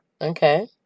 Okay